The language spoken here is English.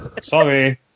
Sorry